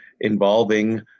involving